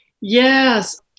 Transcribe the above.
Yes